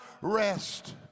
rest